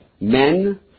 Men